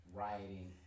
rioting